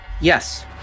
Yes